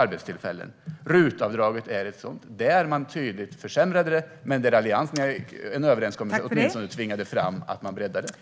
RUT-avdraget är ett exempel; man försämrade det tydligt. Men Alliansen tvingade i en överenskommelse åtminstone fram att man breddar det.